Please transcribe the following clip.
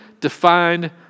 defined